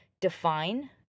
define